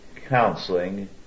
Counseling